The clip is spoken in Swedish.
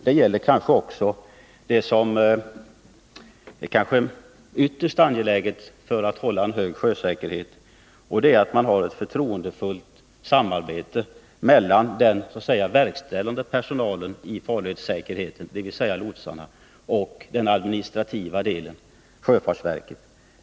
Det gäller kanske också något som är ytterst angeläget för att hålla en hög sjösäkerhet, nämligen att man har ett förtroendefullt samarbete mellan den verkställande personalen i farledssäkerhetsarbetet, dvs. lotsarna, och den administrativa delen, sjöfartsverket.